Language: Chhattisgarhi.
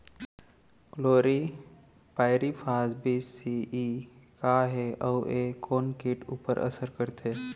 क्लोरीपाइरीफॉस बीस सी.ई का हे अऊ ए कोन किट ऊपर असर करथे?